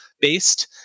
based